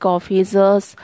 Officers